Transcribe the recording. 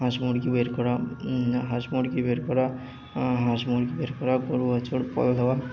হাঁস মুরগি বের করা হাঁস মুরগি বের করা হাঁস মুরগি বের করা গোরু বাছুর পাল দেওয়া